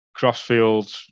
Crossfields